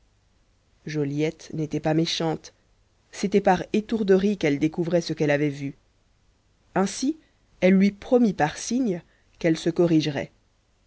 joliette n'était pas méchante c'était par étourderie qu'elle découvrait ce qu'elle avait vu ainsi elle lui promit par signes qu'elle se corrigerait